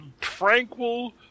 tranquil